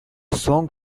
song